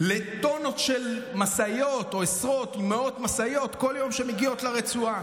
לטונות בעשרות או מאות משאיות שמגיעות כל יום לרצועה.